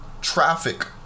traffic